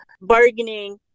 bargaining